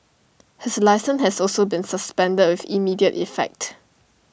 his licence has also been suspended with immediate effect